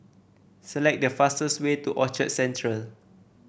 select the fastest way to Orchard Central